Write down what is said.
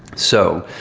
so,